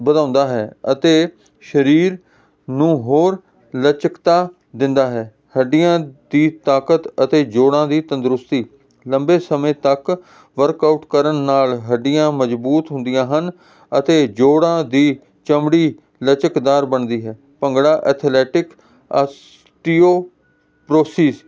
ਵਧਾਉਂਦਾ ਹੈ ਅਤੇ ਸਰੀਰ ਨੂੰ ਹੋਰ ਲਚਕਤਾ ਦਿੰਦਾ ਹੈ ਹੱਡੀਆਂ ਦੀ ਤਾਕਤ ਅਤੇ ਜੋੜਾਂ ਦੀ ਤੰਦਰੁਸਤੀ ਲੰਬੇ ਸਮੇਂ ਤੱਕ ਵਰਕਆਊਟ ਕਰਨ ਨਾਲ ਹੱਡੀਆਂ ਮਜ਼ਬੂਤ ਹੁੰਦੀਆਂ ਹਨ ਅਤੇ ਜੋੜਾਂ ਦੀ ਚਮੜੀ ਲਚਕਦਾਰ ਬਣਦੀ ਹੈ ਭੰਗੜਾ ਐਥਲੈਟਿਕ ਆਸਟੀਓਪਰੋਸੀਜ